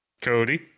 Cody